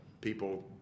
people